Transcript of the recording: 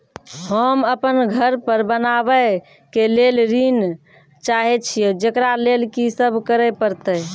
होम अपन घर बनाबै के लेल ऋण चाहे छिये, जेकरा लेल कि सब करें परतै?